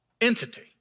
entity